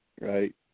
right